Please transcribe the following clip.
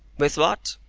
with what?